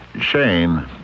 Shane